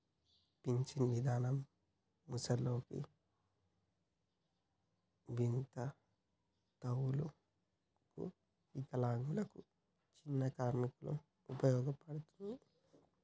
pension విధానం ముసలోళ్ళకి వితంతువులకు వికలాంగులకు చిన్ని చిన్ని కార్మికులకు ఉపయోగపడతది